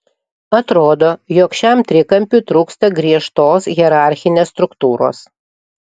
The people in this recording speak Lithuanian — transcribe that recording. atrodo jog šiam trikampiui trūksta griežtos hierarchinės struktūros